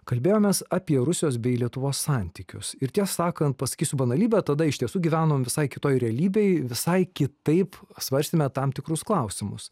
kalbėjomės apie rusijos bei lietuvos santykius ir tiesą sakant pasakysiu banalybę tada iš tiesų gyvenom visai kitoj realybėj visai kitaip svarstėme tam tikrus klausimus